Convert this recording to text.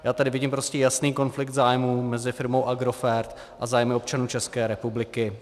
Já tady vidím prostě jasný konflikt zájmů mezi firmou Agrofert a zájmy občanů České republiky.